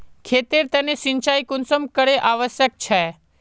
खेतेर तने सिंचाई कुंसम करे आवश्यक छै?